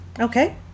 Okay